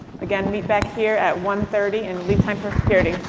again, be back here at one thirty and leave time for security.